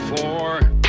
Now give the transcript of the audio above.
four